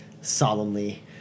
solemnly